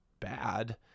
bad